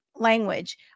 Language